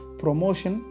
promotion